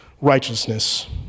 righteousness